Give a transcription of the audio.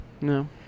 No